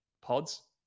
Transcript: pods